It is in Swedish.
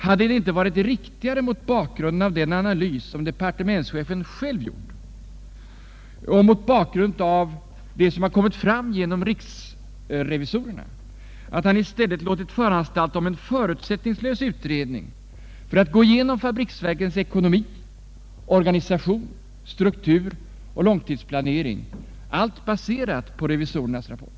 Hade det inte varit riktigare mot bakgrunden av den analys som departementschefen själv gjort och mot bakgrunden av vad som kommit fram genom riksrevisorerna, att han i stället låtit föranstalta om en förutsättningslös utredning för att gå igenom fabriksverkens ckonomi, organisation, struktur och långtidsplanering, allt bascrat på revisorernas rapport?